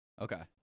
okay